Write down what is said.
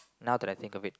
now that I think of it